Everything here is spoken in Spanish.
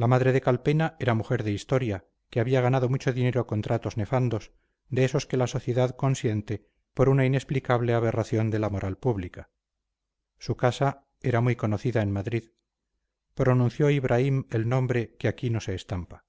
la madre de calpena era mujer de historia que había ganado mucho dinero con tratos nefandos de esos que la sociedad consiente por una inexplicable aberración de la moral pública su casa era muy conocida en madrid pronunció ibraim el nombre que aquí no se estampa